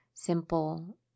simple